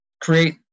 create